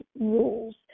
rules